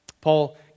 Paul